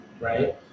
right